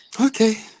okay